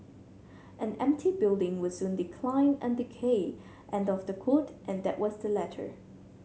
an empty building will soon decline and decay end of the quote and that was the letter